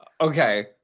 Okay